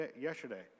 yesterday